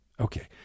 okay